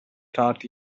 taught